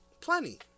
Plenty